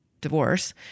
divorce